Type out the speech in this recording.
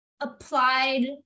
applied